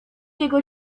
jego